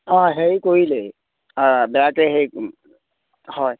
অঁ হেৰি কৰিলে বেয়াকৈ হেৰি কৰিলে হয়